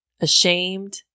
ashamed